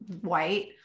white